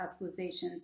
hospitalizations